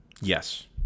Yes